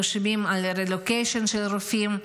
אנחנו שומעים על רילוקיישן של רופאים.